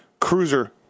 cruiser